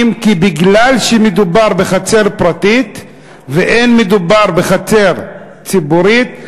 כי בגלל שמדובר בחצר פרטית ואין מדובר בחצר ציבורית,